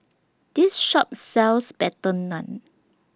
This Shop sells Butter Naan